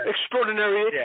extraordinary